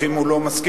שאם הוא לא מסכים,